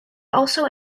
also